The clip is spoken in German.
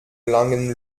langen